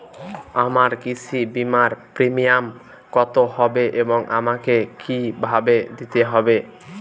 আমার কৃষি বিমার প্রিমিয়াম কত হবে এবং আমাকে কি ভাবে দিতে হবে?